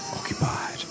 occupied